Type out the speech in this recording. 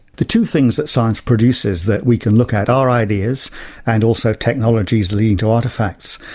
the two things that science produces that we can look at are ideas and also technologies leading to artifacts.